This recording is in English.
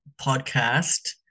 podcast